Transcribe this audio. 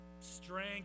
strength